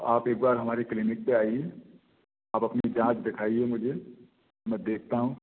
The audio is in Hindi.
आप एक बार हमारी क्लिनिक पर आइए आप अपनी जाँच दिखाइए मुझे मैं देखता हूँ